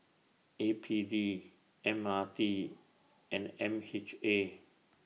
A P D M R T and M H A